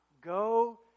Go